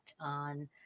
on